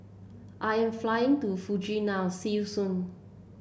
I am flying to Fuji now see you soon